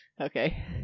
Okay